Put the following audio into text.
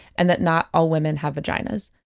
and that not all women have vaginas.